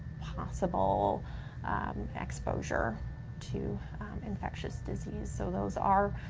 possible exposure to infectious disease. so those are